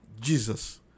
Jesus